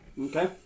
Okay